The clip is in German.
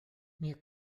mir